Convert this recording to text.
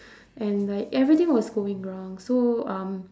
and like everything was going wrong so um